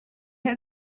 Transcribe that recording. had